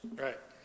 Right